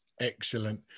Excellent